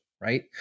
right